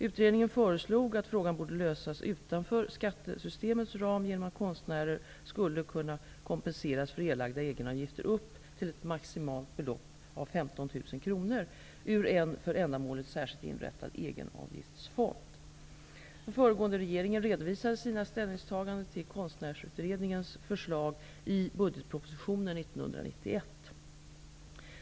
Utredningen föreslog att frågan borde lösas utanför skattesystemets ram, genom att konstnärer skulle kunna kompenseras för erlagda egenavgifter upp till ett maximalt belopp av 15 000 Den föregående regeringen redovisade sina ställningstaganden till Konstnärsutredningens förslag i budgetpropositionen 1991.